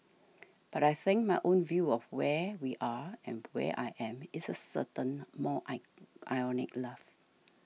but I think my own view of where we are and where I am is a certain more I ironic love